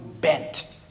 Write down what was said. bent